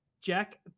Jack